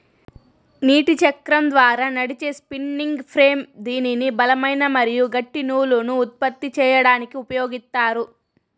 నీటి చక్రం ద్వారా నడిచే స్పిన్నింగ్ ఫ్రేమ్ దీనిని బలమైన మరియు గట్టి నూలును ఉత్పత్తి చేయడానికి ఉపయోగిత్తారు